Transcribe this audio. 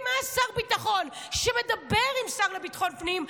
אם היה שר ביטחון שמדבר עם שר לביטחון פנים,